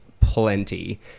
plenty